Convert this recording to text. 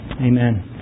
Amen